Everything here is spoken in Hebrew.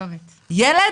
לילד